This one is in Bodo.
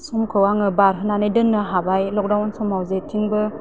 समखौ आङो बारहोनानै दोननो हाबाय लकडाउन समाव जेथिंबो